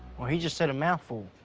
well, he just said a mouthful.